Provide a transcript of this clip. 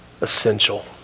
essential